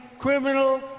criminal